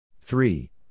three